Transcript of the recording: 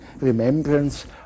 remembrance